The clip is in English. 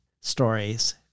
stories